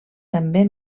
també